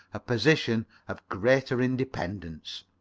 a position of greater independence.